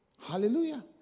Hallelujah